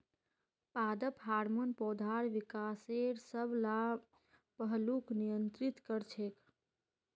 पादप हार्मोन पौधार विकासेर सब ला पहलूक नियंत्रित कर छेक